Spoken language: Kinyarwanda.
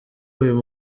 uyu